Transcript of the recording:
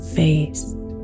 faced